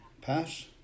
Pass